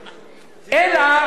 אלא,